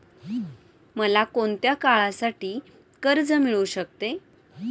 मला कोणत्या काळासाठी कर्ज मिळू शकते?